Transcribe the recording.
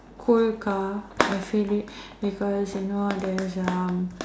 cool car I feel it because you know there's uh